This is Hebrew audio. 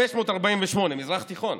1,548. מזרח תיכון.